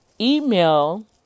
email